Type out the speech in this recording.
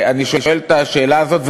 אני שואל את השאלה הזאת,